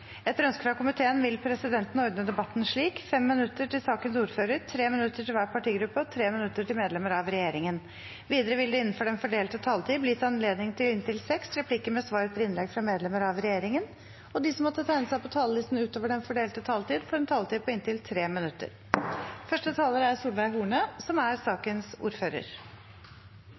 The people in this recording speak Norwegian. minutter til medlemmer av regjeringen. Videre vil det – innenfor den fordelte taletid – bli gitt anledning til inntil seks replikker med svar etter innlegg fra medlemmer av regjeringen, og de som måtte tegne seg på talerlisten utover den fordelte taletid, får en taletid på inntil 3 minutter. Rimelig saksbehandlingstid er